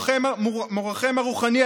מורכם הרוחני,